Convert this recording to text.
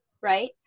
Right